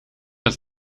werd